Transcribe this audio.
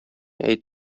әйт